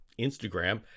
Instagram